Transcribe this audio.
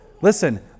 Listen